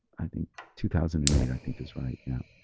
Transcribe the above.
i think two thousand and eight, i think is right. yeah,